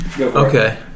Okay